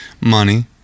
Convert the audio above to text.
Money